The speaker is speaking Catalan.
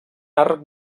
arc